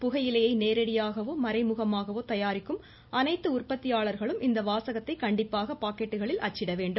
புகையிலையை நேரடியாகவே மறைமுகமாகவோ தயாரிக்கும் அனைத்து உற்பத்தியாளர்களும் இந்த வாசகத்தை கண்டிப்பாக பாக்கெட்டுக்களில் அச்சிட வேண்டும்